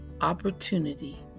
opportunity